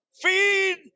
feed